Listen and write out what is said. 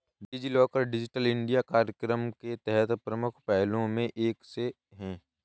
DigiLocker digital India कार्यक्रम के तहत प्रमुख पहलों में से एक है